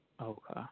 Okay